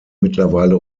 mittlerweile